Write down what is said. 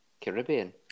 Caribbean